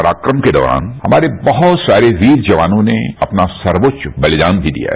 पराक्रम के दौरान हमारे बहुत सारे वीर जवानों ने अपना सर्वोच्च बलिदान भी दिया है